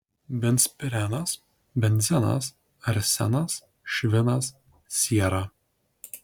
benzpirenas benzenas arsenas švinas siera